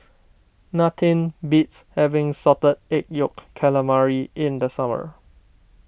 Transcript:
nothing beats having Salted Egg Yolk Calamari in the summer